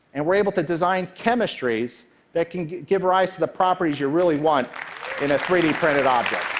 and we're able to design chemistries that can give rise to the properties you really want in a three d printed object.